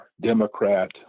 Democrat